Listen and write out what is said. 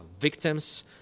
victims